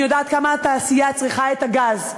אני יודעת כמה התעשייה צריכה את הגז.